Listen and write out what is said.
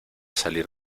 salir